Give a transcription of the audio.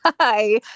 Hi